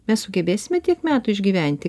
mes sugebėsime tiek metų išgyventi